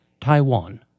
Taiwan